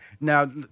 Now